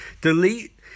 delete